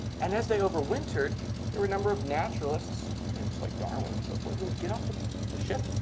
and as they over wintered there were a number of naturalists and just like darwin and so forth, who would get off the the ship,